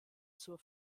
zur